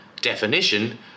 Definition